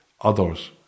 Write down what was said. others